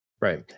Right